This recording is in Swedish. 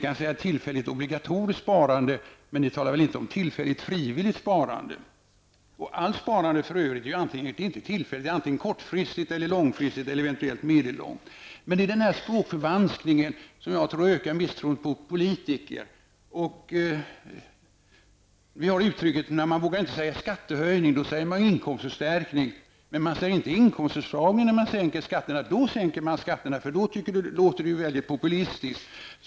Man talar om tillfälligt obligatoriskt sparande, men man skulle väl inte tala om tillfälligt frivilligt sparande. För övrigt är inte något sparande tillfälligt, utan det är antingen kortfristigt, långfristigt eller eventuellt på medellång frist. Jag tror att den här språkförvanskningen ökar misstron mot politiker. Man vågar exempelvis inte säga skattehöjning, utan man säger i stället inkomstförstärkning. Man talar däremot inte om en ''inkomstförsvagning'' när man sänker skatterna, utan då är det fråga om en skattesänkning, vilket ju låter väldigt populistiskt.